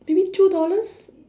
maybe two dollars